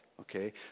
Okay